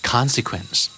Consequence